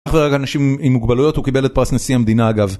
אחרי רגע אנשים עם מוגבלויות הוא קיבל את פרס נשיא המדינה אגב